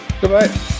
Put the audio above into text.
goodbye